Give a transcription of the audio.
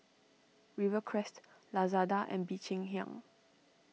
Rivercrest Lazada and Bee Cheng Hiang